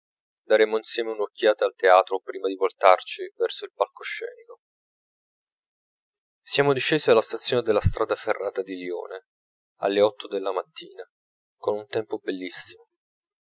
daremo insieme un'occhiata al teatro prima di voltarci verso il palco scenico siamo discesi alla stazione della strada ferrata di lione alle otto della mattina con un tempo bellissimo